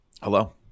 Hello